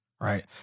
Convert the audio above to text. right